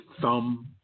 thumb